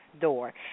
Door